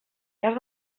cas